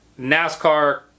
NASCAR